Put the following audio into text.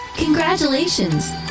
congratulations